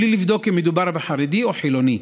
בלי לבדוק אם מדובר בחרדי או חילוני,